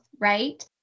right